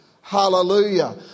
Hallelujah